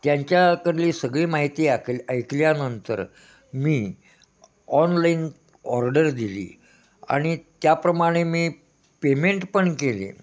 त्यांच्याकडली सगळी माहिती क ऐकल्यानंतर मी ऑनलाईन ऑर्डर दिली आणि त्याप्रमाणे मी पेमेंट पण केले